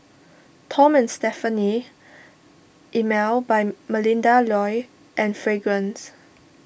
Tom and Stephanie Emel by Melinda Looi and Fragrance